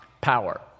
power